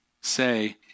say